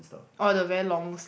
orh the very long s~